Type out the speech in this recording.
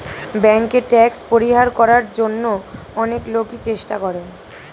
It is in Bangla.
ব্যাংকে ট্যাক্স পরিহার করার জন্য অনেক লোকই চেষ্টা করে